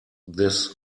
this